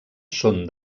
són